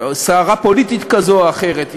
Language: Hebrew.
סערה פוליטית כזו או אחרת,